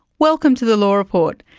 welcome to the law report.